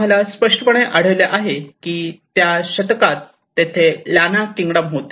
आम्हाला स्पष्टपणे आढळले आहे ती त्या शतकात तेथे लॅना किंगडम होते